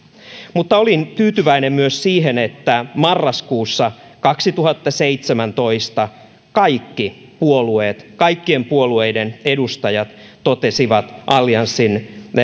mutta olin tyytyväinen myös siihen että marraskuussa kaksituhattaseitsemäntoista kaikki puolueet kaikkien puolueiden edustajat totesivat allianssin